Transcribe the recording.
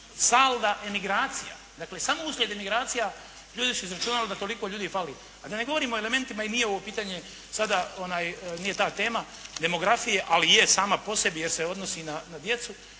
salda emigracija. Samo uslijed emigracija, ljudi su izračunali da toliko ljudi fali. A da ne govorim o elementima i nije ovo pitanje, nije ta tema demografije, ali je sama po sebi jer se odnosi na djecu,